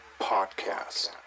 Podcast